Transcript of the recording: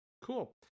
Cool